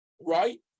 right